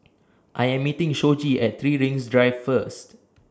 I Am meeting Shoji At three Rings Drive First